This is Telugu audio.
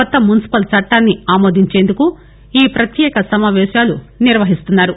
కొత్త మున్సిపల్ చట్టాన్ని ఆమోదించేందుకు ఈ ప్రత్యేక సమాపేశాలు నిర్వహిస్తున్నారు